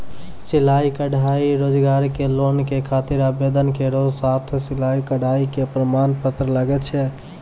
सिलाई कढ़ाई रोजगार के लोन के खातिर आवेदन केरो साथ सिलाई कढ़ाई के प्रमाण पत्र लागै छै?